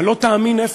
אתה לא תאמין איפה,